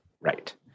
Right